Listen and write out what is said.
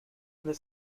the